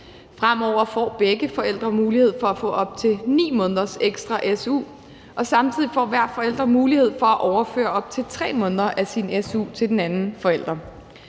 Fremover får begge forældre mulighed for at få op til 9 måneders ekstra su, og samtidig får hver forælder mulighed for at overføre op til 3 måneder af sin su til den anden forælder.